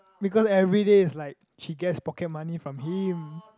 because everyday it's like she gets pocket money from him